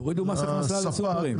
תורידו מס הכנסה לסופרים.